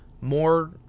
more